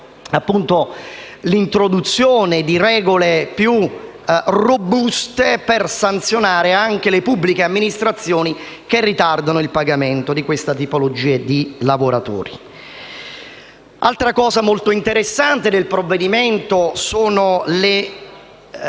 l’introduzione di regole più robuste per sanzionare anche le pubbliche amministrazioni che ritardano il pagamento di questa tipologia di lavoratori. Altro punto molto interessante del provvedimento sono le